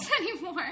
anymore